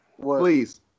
Please